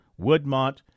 Woodmont